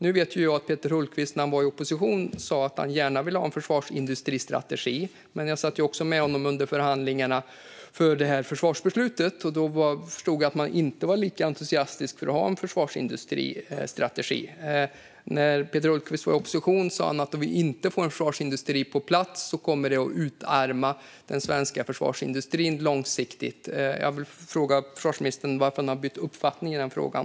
När Peter Hultqvist var i opposition sa han att han gärna ville ha en försvarsindustristrategi. Men jag satt med honom under förhandlingarna inför det här försvarsbeslutet, och då förstod jag att han inte var lika entusiastisk för en försvarsindustristrategi. När Peter Hultqvist var i opposition sa han: Om vi inte får en försvarsindustristrategi kommer det att utarma den svenska försvarsindustrin långsiktigt. Jag vill fråga försvarsministern varför han har bytt uppfattning i den frågan.